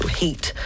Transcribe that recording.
heat